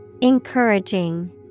Encouraging